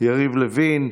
יריב לוין.